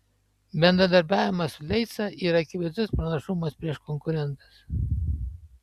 bendradarbiavimas su leica yra akivaizdus pranašumas prieš konkurentus